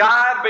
God